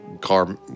car